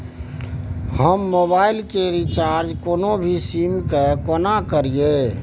हम मोबाइल के रिचार्ज कोनो भी सीम के केना करिए?